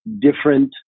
different